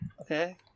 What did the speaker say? okay